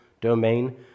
domain